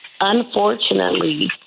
Unfortunately